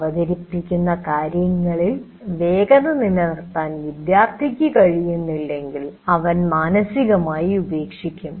അവതരിപ്പിക്കുന്ന കാര്യങ്ങളിൽ വേഗത നിലനിർത്താൻ വിദ്യാർത്ഥിക്ക് കഴിയുന്നില്ലെങ്കിൽ അവൻ മാനസികമായി ഉപേക്ഷിക്കും